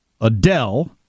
Adele